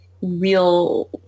real